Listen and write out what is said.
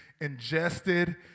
ingested